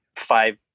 five